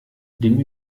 dem